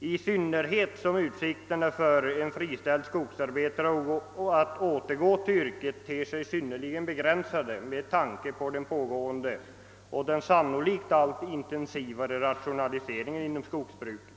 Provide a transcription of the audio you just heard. i synnerhet som utsikterna för en friställd skogsarbetare att återgå till yrket ter sig synnerligen begränsade med tanke på den pågående och sannolikt allt intensivare rationaliseringen inom skogsbruket.